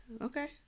Okay